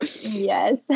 Yes